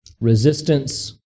resistance